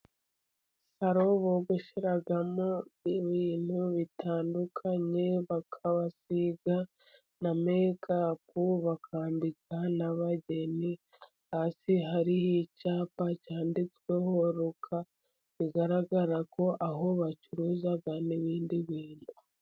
salo bogosheramo ibintu bitandukanye ,bakabasiga na mekapu, bakambika n'abageni . Hasi hariho icyapa cyanditsweho Rukara ,bigaragara ko aho bacuruza n'ibindi bintu.